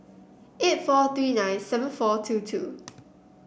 eight four three nine seven four two two